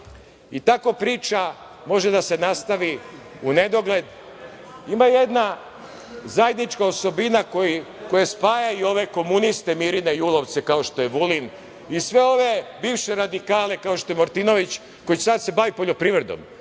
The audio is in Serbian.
Tako priča može da se nastavi u nedogled. Ima jedna zajednička osobina koja spaja i ove komuniste, Mirine julovce, kao što je Vulin, i sve ove bivše radikale, kao što je Martinović, koji će sada da se bavi poljoprivredom.